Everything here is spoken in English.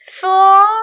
four